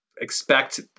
expect